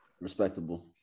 Respectable